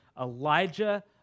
Elijah